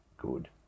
good